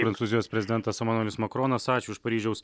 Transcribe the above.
prancūzijos prezidentas emanuelis makronas ačiū iš paryžiaus